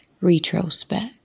Retrospect